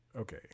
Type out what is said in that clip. Okay